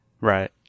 Right